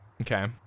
okay